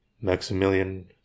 Maximilian